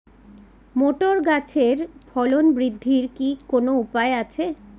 Motor গাছের ফলন বৃদ্ধির কি কোনো উপায় আছে?